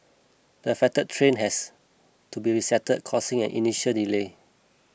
the affected train has to be reset causing an initial delay